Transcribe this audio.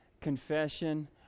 confession